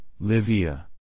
Livia